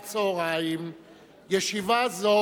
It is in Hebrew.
תמה הישיבה המיוחדת לזכרו של ראש הממשלה ושר הביטחון יצחק רבין,